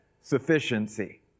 sufficiency